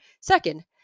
Second